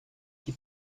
qui